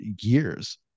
years